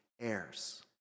heirs